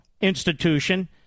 institution